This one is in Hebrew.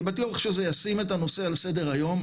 אני בטוח שזה ישים את הנושא על סדר היום.